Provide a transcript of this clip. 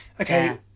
Okay